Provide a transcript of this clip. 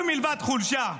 משהו מלבד חולשה?